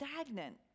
stagnant